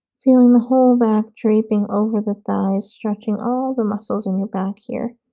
feeling the whole back draping over the thighs stretching all the muscles in your back here